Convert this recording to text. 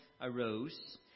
arose